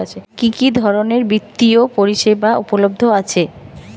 কি কি ধরনের বৃত্তিয় পরিসেবা উপলব্ধ আছে?